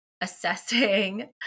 assessing